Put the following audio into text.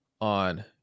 on